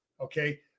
Okay